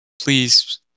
please